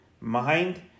mind